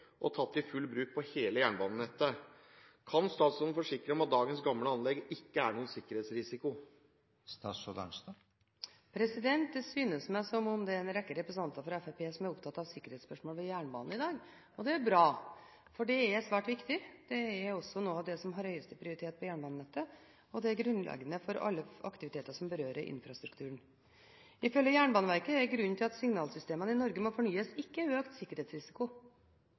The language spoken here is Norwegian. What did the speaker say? og jernbanen i Norge vil være svært sårbar, frem til testingen er ferdig og tatt i full bruk på hele jernbanenettet. Kan statsråden forsikre om at dagens gamle anlegg ikke er noen sikkerhetsrisiko?» Det synes som om en rekke representanter fra Fremskrittspartiet er opptatt av sikkerhetsspørsmål ved jernbanen i dag, og det er bra. Det er svært viktig og har høyeste prioritet på jernbanenettet, og det er grunnleggende for alle aktiviteter som berører infrastrukturen. Ifølge Jernbaneverket er grunnen til at signalsystemene i Norge må fornyes, ikke økt sikkerhetsrisiko,